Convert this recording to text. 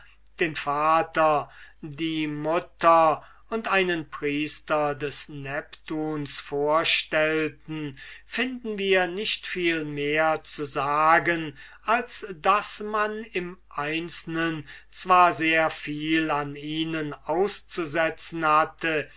den vater die mutter und einen priester des neptuns vorstellten finden wir nicht viel mehr zu sagen als daß man im einzelnen zwar viel an ihnen auszustellen hatte